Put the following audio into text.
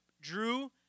drew